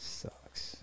sucks